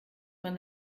man